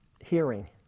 hearing